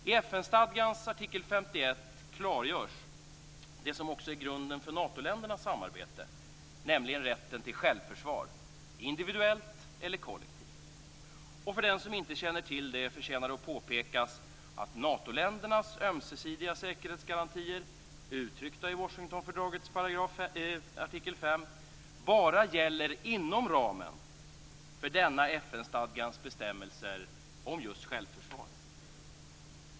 I FN-stadgans artikel 51 klargörs det som också är grunden för Natoländernas samarbete, nämligen rätten till självförsvar - individuellt eller kollektivt. För den som inte känner till det förtjänar det att påpekas att Natoländernas ömsesidiga säkerhetsgarantier uttryckta i Washingtonfördragets artikel 5 bara gäller inom ramen för denna FN-stadgas bestämmelser om just självförsvar.